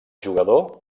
jugador